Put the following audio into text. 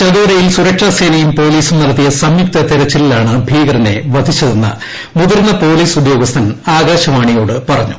ചദോരയിൽ സുരക്ഷാസേനയും പോലീസും നടത്തിയ സംയുക്ത തെരച്ചിലിലാണ് ഭീകരനെ വധിച്ചതെന്ന് മുതിർന്ന പോലീസ് ഉദ്യോഗസ്ഥൻ ആകാശവാണിയോട് പറഞ്ഞു